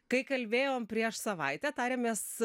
kai kalbėjom prieš savaitę tariamės